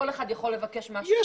כל אחד יכול לבקש מה שהוא רוצה.